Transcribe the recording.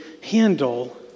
handle